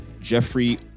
Jeffrey